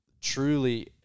truly